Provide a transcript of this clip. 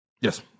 Yes